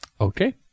Okay